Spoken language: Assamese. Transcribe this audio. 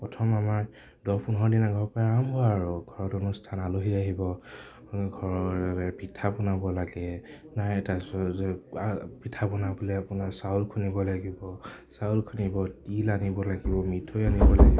প্ৰথম আমাৰ দহ পোন্ধৰদিন আগৰ পৰাই আৰম্ভ আৰু ঘৰত অনুষ্ঠান আলহী আহিব ঘৰৰ পিঠা বনাব লাগে পিঠা বনাবলে আপোনাৰ চাউল খুন্দিব লাগিব চাউল খুন্দিব তিল আনিব লাগিব মিঠৈ আনিব লাগিব